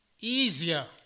easier